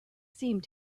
seemed